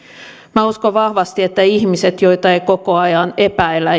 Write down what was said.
minä uskon vahvasti että ihmiset joita ei koko ajan epäillä